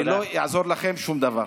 ולא יעזור לכם שום דבר.